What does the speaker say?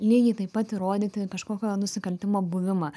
lygiai taip pat įrodyti kažkokio nusikaltimo buvimą